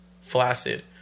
Flaccid